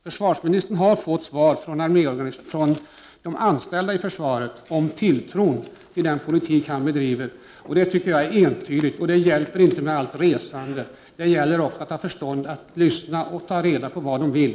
Försvarsministern har fått svar från de anställda inom försvaret om tilltron till den politik som han bedriver, och det tycker jag gör det hela entydigt. Det hjälper inte med allt resande, det gäller också att lyssna och förstå vad folk vill.